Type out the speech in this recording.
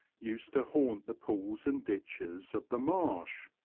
used to haunt the pools and ditches of the marsh,